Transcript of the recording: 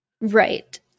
right